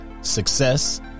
success